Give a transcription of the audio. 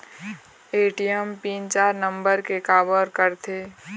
ATM PIN चार नंबर के काबर करथे?